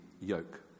yoke